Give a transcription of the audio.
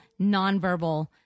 nonverbal